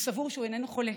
הוא סבור שהוא איננו חולה.